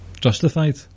justified